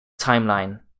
timeline